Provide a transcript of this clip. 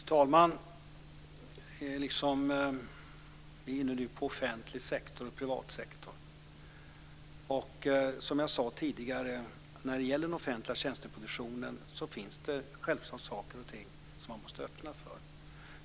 Herr talman! Vi är nu inne på offentlig sektor och privat sektor. Som jag sade tidigare finns det självklart saker och ting som man måste öppna för inom den offentliga tjänsteproduktionen.